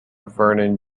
vernon